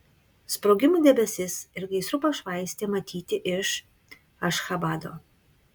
sprogimų debesis ir gaisrų pašvaistė matyti iš ašchabado